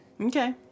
Okay